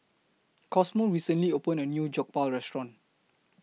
Cosmo recently opened A New Jokbal Restaurant